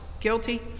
guilty